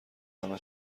همه